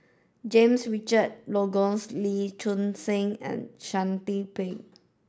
James Richardson Logan Lee Choon Seng and Shanti Pereira